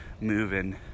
moving